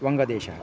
वङ्गदेशः